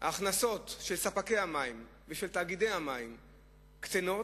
ההכנסות של ספקי המים ושל תאגידי המים קטנות,